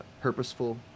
purposeful